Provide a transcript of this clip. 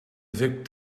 vic